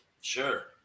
Sure